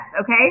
okay